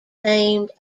named